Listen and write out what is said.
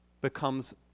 becomes